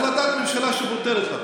החלטת ממשלה שפוטרת אותם.